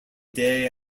day